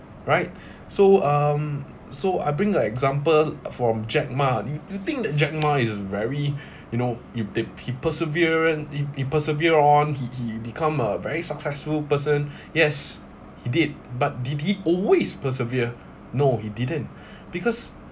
right so um so I bring the example from jack ma you you think that jack ma is very you know you t~ he perseverance he he persevere on he he become a very successful person yes he did but did he always persevere no he didn't because